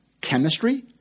chemistry